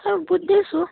sir बुझ्दैछु